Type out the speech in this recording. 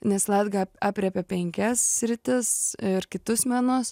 nes latga aprėpė penkias sritis ir kitus menus